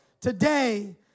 today